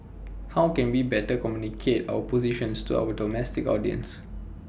how can we better communicate our positions to our domestic audience